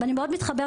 אני מאוד מתחברת